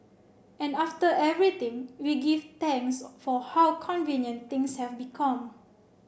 and after everything we give thanks for how convenient things have become